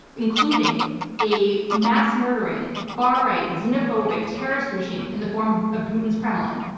including a mass murdering, far right, xenophobic terrorist regime in the form of ah putin's kremlin,